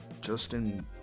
Justin